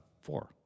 four